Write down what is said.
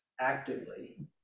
actively